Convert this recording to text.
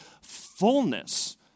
fullness